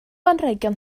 anrhegion